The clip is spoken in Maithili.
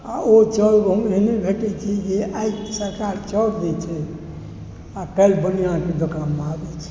आ ओ चाउर गहूॅंम एहने भेटै छै जे आइ सरकार चाउर दै छै आ काल्हि बनिआके दोकानमे आबै छै